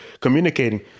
communicating